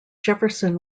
jefferson